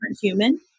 human